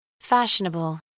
Fashionable